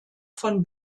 von